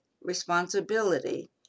responsibility